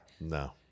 No